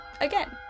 again